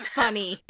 funny